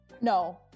No